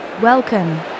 Welcome